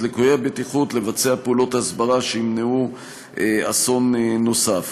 ליקויי הבטיחות ולבצע פעולות הסברה שימנעו אסון נוסף.